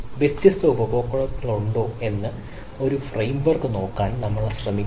വ്യത്യസ്ത ഉപഭോക്താക്കളുണ്ടോ എന്ന് ഒരു ഫ്രെയിംവർക് നോക്കാൻ നമ്മൾ വീണ്ടും ശ്രമിക്കുന്നു